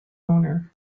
owner